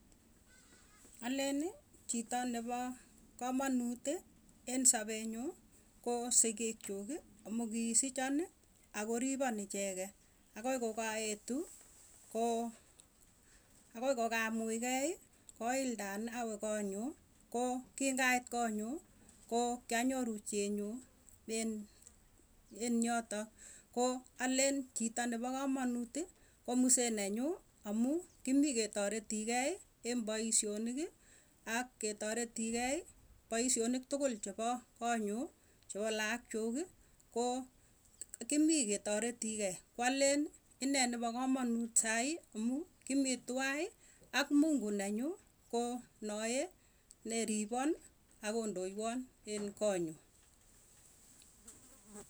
Aleni chito nepo kamanuti en sapenyuu, ko sigiik chuuki amuu kisichoni akoripon icheket. Akoi kokaetu koo akoi kokamuigei, koildani awee konyuu, ko kingait konyuu, koo kianyoru chi nyuu en enyoto. Ko alen chito nepo kamanuti ko musee nenyu, amu kimii ketoretikei en poisyoniki ak ketaretikei poisyonik tukul chepo konyuu, chepo laak chuuki ko kimii ketoretiikei ko alen inee nepo kamanut sai amuu kimii twai ak mungu nenyuu ko naee neripon akondoiwon en konyuu.